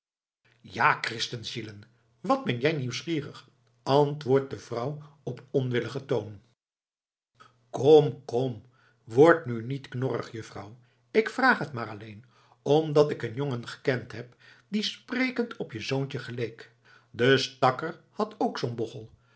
ja kristenenzielen wat ben jij nieuwsgierig antwoordt de vrouw op onwilligen toon kom kom word nu niet knorrig juffrouw ik vraag het maar alleen omdat ik een jongen gekend heb die sprekend op je zoontje geleek de stakker had ook zoo'n bochel